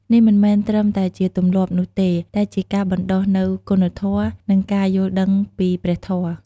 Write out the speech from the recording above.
នេះមិនមែនត្រឹមតែជាទម្លាប់នោះទេ តែជាការបណ្តុះនូវគុណធម៌ និងការយល់ដឹងពីព្រះធម៌។